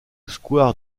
square